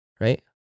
Right